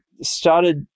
started